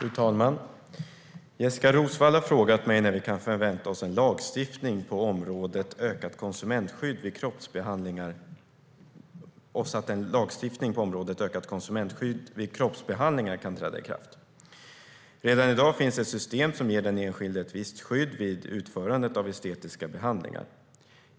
Fru talman! Jessika Roswall har frågat mig när vi kan förvänta oss att en lagstiftning på området ökat konsumentskydd vid kroppsbehandlingar kan träda i kraft. Redan i dag finns ett system som ger den enskilde ett visst skydd vid utförandet av estetiska behandlingar.